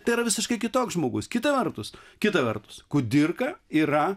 tai yra visiškai kitoks žmogus kita vertus kita vertus kudirka yra